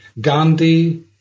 Gandhi